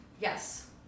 Yes